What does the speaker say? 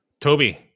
Toby